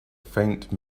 faint